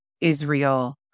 Israel